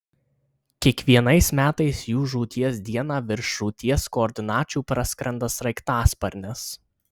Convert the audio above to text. kiekvienais metais jų žūties dieną virš žūties koordinačių praskrenda sraigtasparnis